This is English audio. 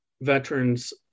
veterans